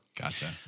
Gotcha